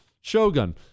Shogun